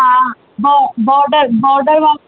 हा हो border border वारियूं